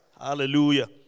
Hallelujah